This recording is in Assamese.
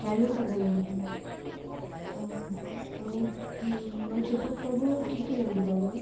কাইলৈ যাব লাগিব অঁ আৰু কি নথি পত্ৰবোৰ কি কি লাগিব বাৰু